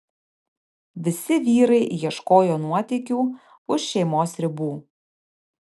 visi vyrai ieškojo nuotykių už šeimos ribų